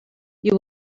you